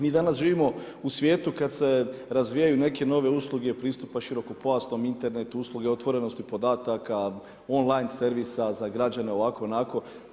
Mi danas živimo u svijetu kad se razvijaju neke nove usluge pristupa širokopojasnom internetu, usluge otvorenosti podataka, on line servisa za građane, onako, ovako.